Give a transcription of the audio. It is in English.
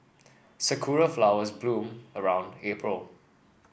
sakura flowers bloom around April